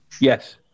Yes